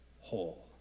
whole